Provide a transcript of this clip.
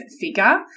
figure